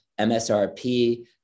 MSRP